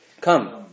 Come